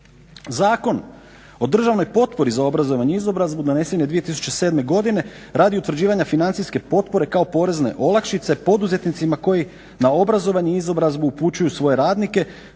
Zakon o državnoj potpori za obrazovanje i izobrazbu donesen je 2007.godine radi utvrđivanja financijske potpore kao porezne olakšice poduzetnicima koji na obrazovanje i izobrazbu upućuju svoje radnike